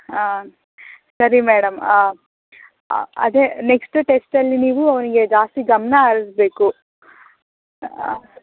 ಹಾಂ ಸರಿ ಮೇಡಮ್ ಅದೆ ನೆಕ್ಸ್ಟ್ ಟೆಸ್ಟಲ್ಲಿ ನೀವು ಅವನಿಗೆ ಜಾಸ್ತಿ ಗಮನ ಹರಿಸಬೇಕು